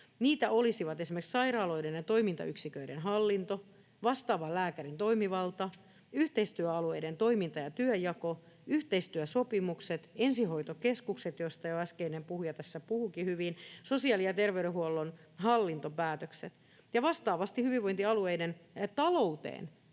Niitä olisivat esimerkiksi sairaaloiden ja toimintayksiköiden hallinto, vastaavan lääkärin toimivalta, yhteistyöalueiden toiminta ja työnjako, yhteistyösopimukset, ensihoitokeskukset, joista jo äskeinen puhuja tässä puhuikin hyvin, sekä sosiaali- ja terveydenhuollon hallintopäätökset. Ja vastaavasti hyvinvointialueiden talouteen